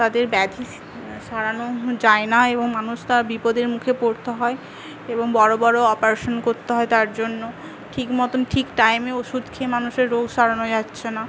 তাদের ব্যাধি সরানো যায় না এবং মানুষ তা বিপদের মুখে পড়তে হয় এবং বড়ো বড়ো অপারেশন করতে হয় তার জন্য ঠিক মতন ঠিক টাইমে ওষুধ খেয়ে মানুষের রোগ সারানো যাচ্ছে না